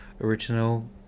original